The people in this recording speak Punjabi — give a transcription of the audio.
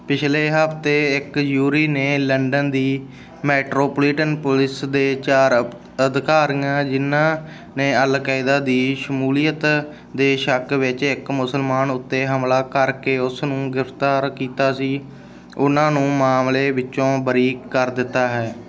ਪਿਛਲੇ ਹਫ਼ਤੇ ਇੱਕ ਜਿਊਰੀ ਨੇ ਲੰਡਨ ਦੀ ਮੈਟਰੋਪੋਲੀਟਨ ਪੁਲਿਸ ਦੇ ਚਾਰ ਅਧਿਕਾਰੀਆਂ ਜਿਹਨਾਂ ਨੇ ਅਲਕਾਇਦਾ ਦੀ ਸ਼ਮੂਲੀਅਤ ਦੇ ਸ਼ੱਕ ਵਿੱਚ ਇੱਕ ਮੁਸਲਮਾਨ ਉੱਤੇ ਹਮਲਾ ਕਰ ਕੇ ਉਸ ਨੂੰ ਗ੍ਰਿਫਤਾਰ ਕੀਤਾ ਸੀ ਉਹਨਾਂ ਨੂੰ ਮਾਮਲੇ ਵਿਚੋਂ ਬਰੀ ਕਰ ਦਿੱਤਾ ਹੈ